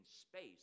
space